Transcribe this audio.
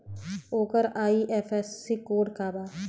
ओकर IFSC code का बा?